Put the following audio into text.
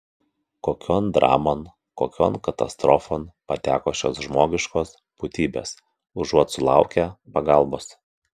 kokion dramon kokion katastrofon pateko šios žmogiškos būtybės užuot sulaukę pagalbos